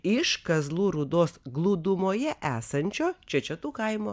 iš kazlų rūdos glūdumoje esančio čečetų kaimo